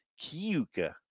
Kiuka